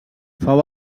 fou